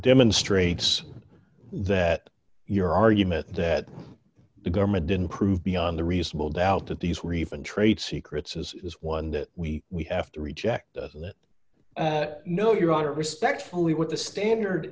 demonstrates that your argument that the government didn't prove beyond the reasonable doubt that these were even trade secrets is is one that we we have to reject that no your honor respectfully what the standard